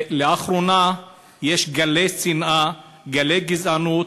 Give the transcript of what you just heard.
לאחרונה יש גלי שנאה, גלי גזענות,